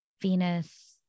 venus